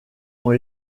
ont